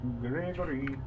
Gregory